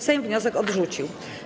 Sejm wniosek odrzucił.